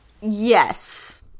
Yes